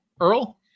Earl